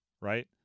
right